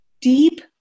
deep